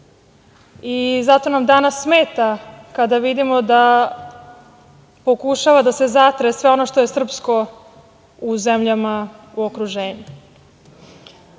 i zato nam danas smeta kada vidimo da pokušava da se zatre sve ono što je srpsko u zemljama u okruženju. Malo